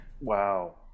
wow